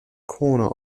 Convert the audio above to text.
corner